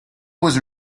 was